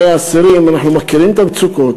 הרי האסירים, אנחנו מכירים את המצוקות.